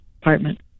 apartment